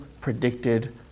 predicted